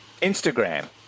Instagram